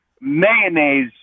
mayonnaise